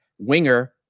winger